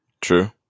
True